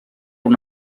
una